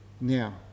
now